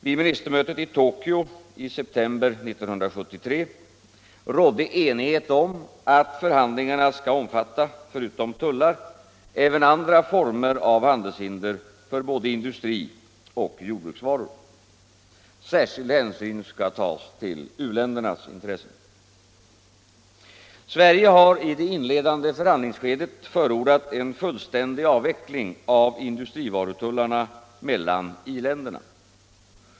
Vid ministermötet i Tokyo i september 1973 rådde enighet om att förhandlingarna skall omfatta förutom tullar även andra former av handelshinder för både industrioch jordbruksvaror. Särskild hänsyn skall tas till u-ländernas intressen. Sverige har i det inledande förhandlingsskedet förordat en fullständig avveckling av industrivarutullarna mellan i-länderna.